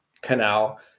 canal